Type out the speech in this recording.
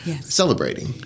celebrating